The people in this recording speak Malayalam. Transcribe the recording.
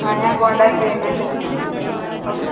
അ ഞാൻ കോണ്ടാക്ട്റ്റെയ്യുന്നുണ്ട് ഓക്കെ